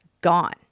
gone